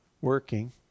working